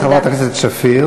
תודה, חברת הכנסת שפיר.